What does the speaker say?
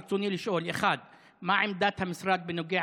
ברצוני לשאול: 1. מה עמדת המשרד בנוגע